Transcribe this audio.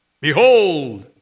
behold